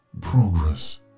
Progress